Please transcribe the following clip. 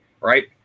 right